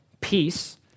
peace